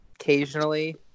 occasionally